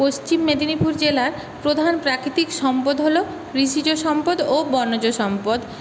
পশ্চিম মেদিনীপুর জেলার প্রধান প্রাকৃতিক সম্পদ হলো কৃষিজ সম্পদ ও বনজ সম্পদ